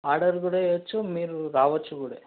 order కూడా వెయ్యచ్చు మీరు రావచ్చు కూడా